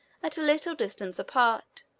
at a little distance apart,